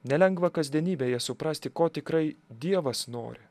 nelengva kasdienybėje suprasti ko tikrai dievas nori